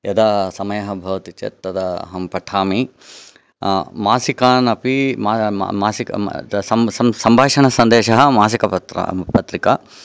यदा समयः भवति चेत् तदा अहं पठामि मासिकान् अपि मासिक सं सं सम्भाषणसन्देशः मासिक पत्रा पत्रिका